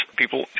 people